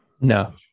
No